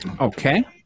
Okay